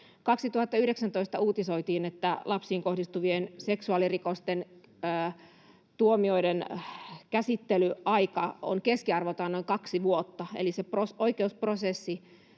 2019 uutisoitiin, että lapsiin kohdistuvien seksuaalirikosten tuomioiden käsittelyaika on keskiarvoltaan noin kaksi vuotta, eli oikeusprosessi